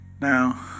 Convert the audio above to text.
Now